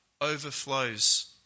overflows